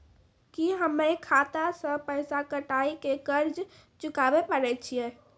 की हम्मय खाता से पैसा कटाई के कर्ज चुकाबै पारे छियै?